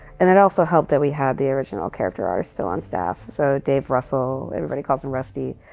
and it also helped that we had the original character artists still on staff. so dave russell, everybody calls him rusty,